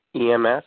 EMS